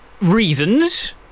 reasons